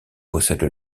possèdent